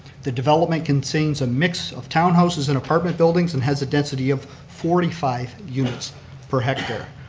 the development contains a mix of townhouses and apartment buildings and has a density of forty five units per hectare.